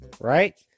right